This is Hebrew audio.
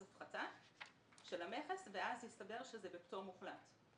הפחתה של המכס ואז הסתבר שזה בפטור מוחלט.